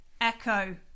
echo